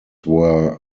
were